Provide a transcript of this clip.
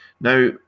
Now